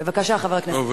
בבקשה, חבר הכנסת גילאון.